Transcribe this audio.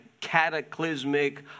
cataclysmic